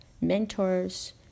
mentors